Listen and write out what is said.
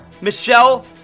Michelle